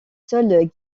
sols